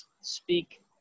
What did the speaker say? speak